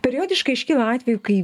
periodiškai iškyla atvejų kai